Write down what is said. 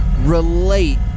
relate